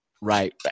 Right